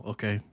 Okay